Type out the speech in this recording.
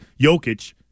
Jokic